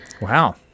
Wow